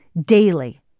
daily